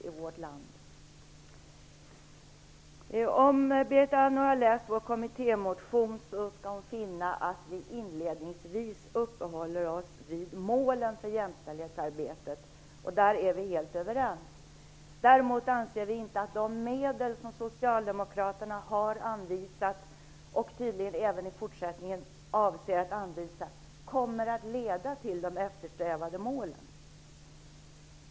Om Berit Andnor har läst vår kommittémotion har hon funnit att vi inledningsvis uppehåller oss vid målen för jämställdhetsarbetet. Där är vi helt överens. Däremot anser inte vi att de medel som Socialdemokraterna har anvisat, och som man tydligen även i fortsättningen avser att anvisa, kommer att leda mot eftersträvade mål.